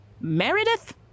Meredith